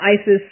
ISIS